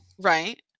Right